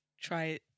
Try